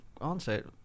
answer